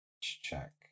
check